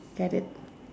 grab it